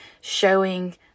showing